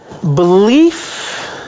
Belief